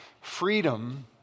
Freedom